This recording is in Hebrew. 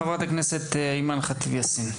חברת הכנסת אימאן ח'טיב יאסין.